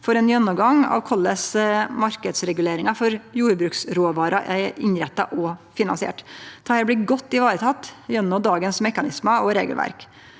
for ein gjennomgang av korleis marknadsreguleringa for jordbruksråvarer er innretta og finansiert. Dette blir godt vareteke gjennom dagens mekanismar og regelverk.